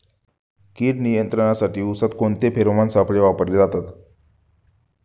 कीड नियंत्रणासाठी उसात कोणते फेरोमोन सापळे वापरले जातात?